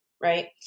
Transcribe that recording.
right